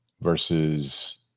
versus